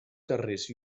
carrers